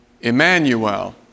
Emmanuel